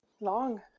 long